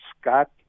Scott